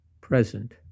present